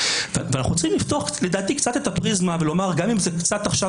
ואנחנו צריכים לפתוח לדעתי קצת את הפריזמה ולומר: גם אם זה קצת עכשיו